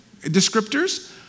descriptors